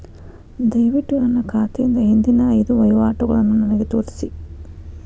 ದಯವಿಟ್ಟು ನನ್ನ ಖಾತೆಯಿಂದ ಹಿಂದಿನ ಐದು ವಹಿವಾಟುಗಳನ್ನು ನನಗೆ ತೋರಿಸಿ